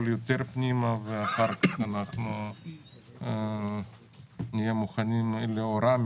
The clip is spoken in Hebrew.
פנימה ואחר כך אנחנו נהיה מוכנים רמי,